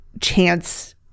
chance